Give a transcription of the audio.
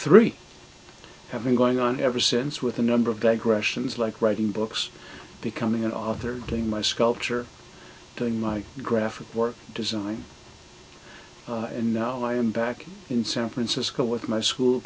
three have been going on ever since with a number of digressions like writing books becoming an author doing my sculpture doing my graphic work design and now i am back in san francisco with my school